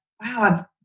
wow